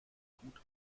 gut